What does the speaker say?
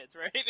right